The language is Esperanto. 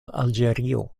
alĝerio